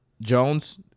Jones